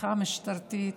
הפיכה משטרתית,